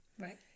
right